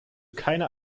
keine